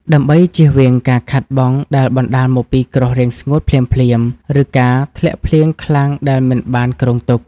ដើម្បីជៀសវាងការខាតបង់ដែលបណ្ដាលមកពីគ្រោះរាំងស្ងួតភ្លាមៗ ឬការធ្លាក់ភ្លៀងខ្លាំងដែលមិនបានគ្រោងទុក។